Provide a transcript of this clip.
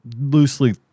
loosely